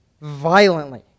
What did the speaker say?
Violently